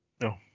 No